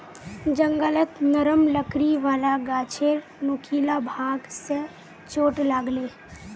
जंगलत नरम लकड़ी वाला गाछेर नुकीला भाग स चोट लाग ले